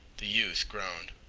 the youth groaned.